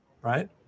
right